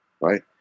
right